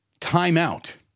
Timeout